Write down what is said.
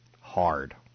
hard